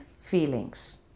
feelings